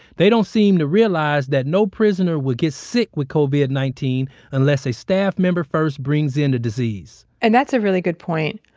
they don't seem to realize that no prisoner would get sick with covid nineteen unless a staff member first brings in the disease and that's a really good point.